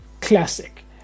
classic